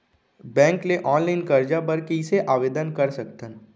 Bank ले online करजा बर कइसे आवेदन कर सकथन?